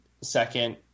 second